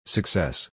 Success